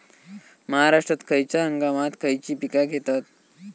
महाराष्ट्रात खयच्या हंगामांत खयची पीका घेतत?